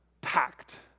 packed